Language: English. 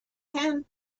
hand